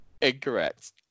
Incorrect